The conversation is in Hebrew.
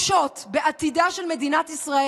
חברת הכנסת בראשי.